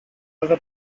other